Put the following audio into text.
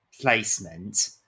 placement